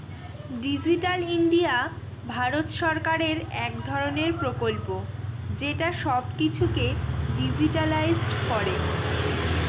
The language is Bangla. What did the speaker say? ডিজিটাল ইন্ডিয়া ভারত সরকারের এক ধরনের প্রকল্প যেটা সব কিছুকে ডিজিট্যালাইসড করে